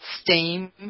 steam